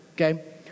okay